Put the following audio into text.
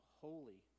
holy